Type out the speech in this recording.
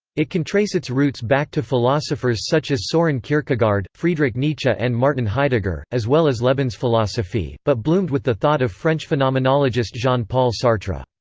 it can trace its roots back to philosophers such as soren kierkegaard, friedrich nietzsche and martin heidegger, as well as lebensphilosophie, but bloomed with the thought of french phenomenologist jean-paul sartre.